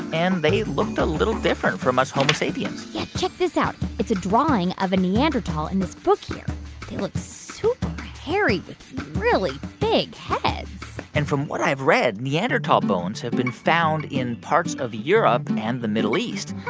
and they looked a little different from us homo sapiens yeah, check this out. it's a drawing of a neanderthal in this book, here. they look super hairy with really big heads and from what i've read, neanderthal bones have been found in parts of europe and the middle east.